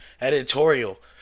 editorial